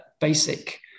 basic